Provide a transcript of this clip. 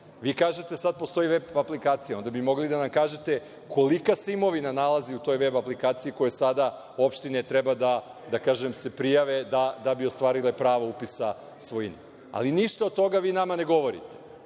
kažete, sada postoji veb aplikacija, onda bi mogli da nam kažete kolika se imovina nalazi u toj veb aplikaciji koja sada opštine treba, da kažem, da se prijave da bi ostvarile pravo upisa svojine. Ali, ništa od toga vi nama ne govorite.